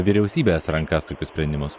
vyriausybės rankas tokius sprendimus